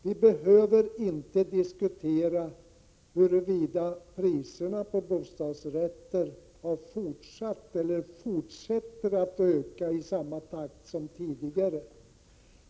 Vi behöver inte diskutera huruvida priserna på bostadsrätter har fortsatt eller fortsätter att öka i samma takt som tidigare.